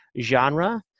genre